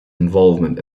involvement